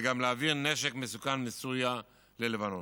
וגם להעביר נשק מסוכן מסוריה ללבנון.